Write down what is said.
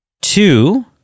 Two